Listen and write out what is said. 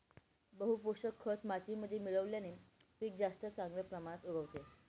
बहू पोषक खत मातीमध्ये मिळवल्याने पीक जास्त चांगल्या प्रमाणात उगवते